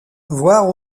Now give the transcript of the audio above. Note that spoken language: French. voir